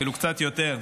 אפילו קצת יותר,